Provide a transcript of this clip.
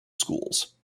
schools